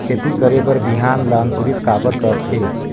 खेती करे बर बिहान ला अंकुरित काबर करथे?